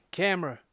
camera